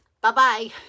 Bye-bye